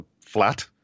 flat